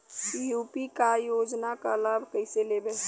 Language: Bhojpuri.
यू.पी क योजना क लाभ कइसे लेब?